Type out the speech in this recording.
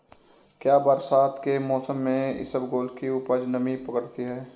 क्या बरसात के मौसम में इसबगोल की उपज नमी पकड़ती है?